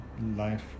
Life